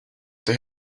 they